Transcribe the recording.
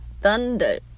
thunder